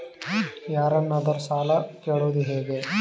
ಯಾರನ್ನಾದರೂ ಸಾಲ ಕೇಳುವುದು ಹೇಗೆ?